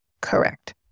Correct